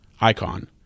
icon